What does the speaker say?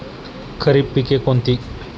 खरीप पिके कोणती?